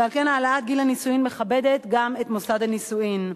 ועל כן העלאת גיל הנישואים מכבדת גם את מוסד הנישואים.